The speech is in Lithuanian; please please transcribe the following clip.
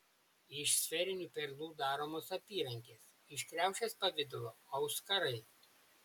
iš sferinių perlų daromos apyrankės iš kriaušės pavidalo auskarai